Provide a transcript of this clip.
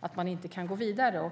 att man går vidare?